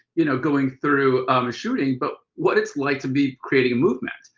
you know, going through um a shooting, but what it's like to be creating a movement.